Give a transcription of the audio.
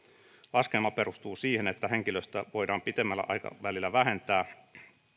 laskelma perustuu siihen että henkilöstöä voidaan pitemmällä aikavälillä vähentää